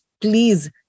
please